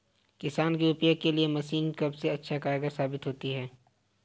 किसान के उपयोग के लिए कौन सी मशीन सबसे ज्यादा कारगर साबित होती है?